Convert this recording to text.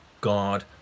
God